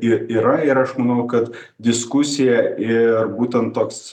y yra ir aš manau kad diskusija ir būtent toks